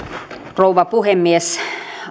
rouva puhemies